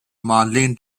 marlene